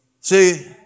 See